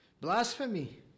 Blasphemy